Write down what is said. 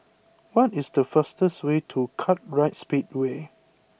what is the fastest way to Kartright Speedway